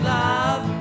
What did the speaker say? love